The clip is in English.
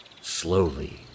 Slowly